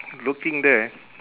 looking there